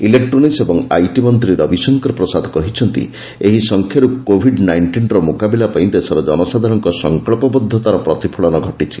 electronics ଓ IT ମନ୍ତ୍ରୀ ରବିଶଙ୍କର ପ୍ରସାଦ କହିଛନ୍ତି ଏହି ସଂଖ୍ୟାର୍ କୋଭିଡ୍ ନାଇଷ୍ଟିନର ମୁକାବିଲା ପାଇଁ ଦେଶର ଜନସାଧାରଣଙ୍କ ସଙ୍କଚ୍ଚବଦ୍ଧତାର ପ୍ରତିଫଳନ ଘଟିଛି